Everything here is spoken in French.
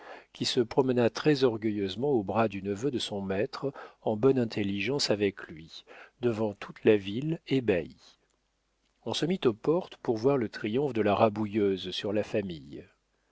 qui se promena très orgueilleusement au bras du neveu de son maître en bonne intelligence avec lui devant toute la ville ébahie on se mit aux portes pour voir le triomphe de la rabouilleuse sur la famille